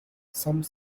some